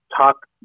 talk